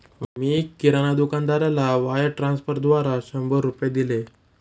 मी किराणा दुकानदाराला वायर ट्रान्स्फरद्वारा शंभर रुपये दिले